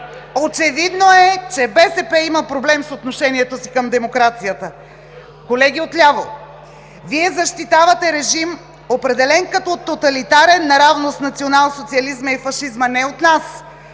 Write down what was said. Очевидно е, че БСП има проблем с отношението си към демокрацията. Колеги отляво, Вие защитавате режим, определен като тоталитарен, наравно с националсоциализма и фашизма, не от нас,